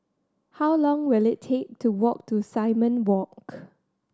how long will it take to walk to Simon Walk